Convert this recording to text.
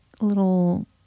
little